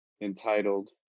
entitled